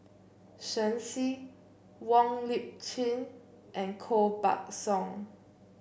Shen Xi Wong Lip Chin and Koh Buck Song